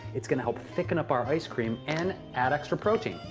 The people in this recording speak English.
it's going to help thicken up our ice cream and add extra protein.